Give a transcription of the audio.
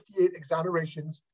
exonerations